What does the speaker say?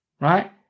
Right